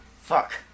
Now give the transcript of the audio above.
Fuck